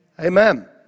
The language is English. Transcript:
Amen